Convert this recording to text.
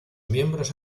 miembros